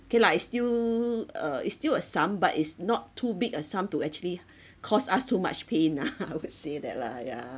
K lah it's still uh it's still a sum but it's not too big a sum to actually cost us too much pain ah I would say that lah yeah